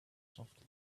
softly